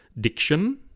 diction